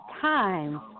time